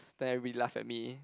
then everybody laugh at me